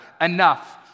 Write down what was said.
Enough